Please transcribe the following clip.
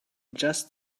just